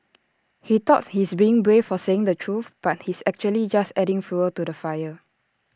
he thought he's brave for saying the truth but he's actually just adding fuel to the fire